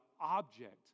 object